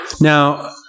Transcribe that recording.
Now